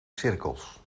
cirkels